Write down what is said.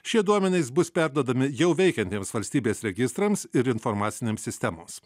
šie duomenys bus perduodami jau veikiantiems valstybės registrams ir informacinėms sistemos